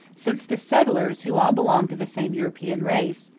since the settlers, who all belonged to the same european race,